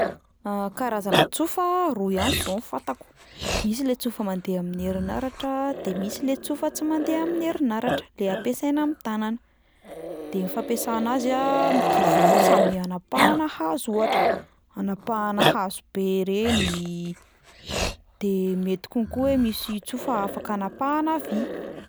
Karazana tsofa roa ihany izao no fantako: misy le tsofa mandeha amin'ny herinaratra, de misy le tsofa tsy mandeha amin'ny herinaratra le ampiasaina amin'ny tanana; de ny fampiasana azy a mitovy ihany samby anapahana hazo ohatra, anapahana hazo be reny, de mety konko hoe misy tsofa afaka anapahana vy.